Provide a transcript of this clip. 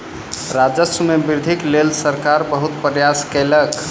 राजस्व मे वृद्धिक लेल सरकार बहुत प्रयास केलक